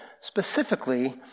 specifically